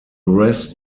rest